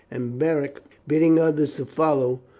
and beric, bidding others follow,